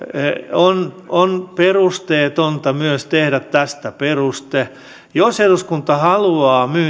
on on perusteetonta myös tehdä tästä peruste jos eduskunta haluaa